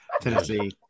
Tennessee